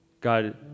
God